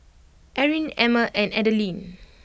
Erin Emmer and Adalynn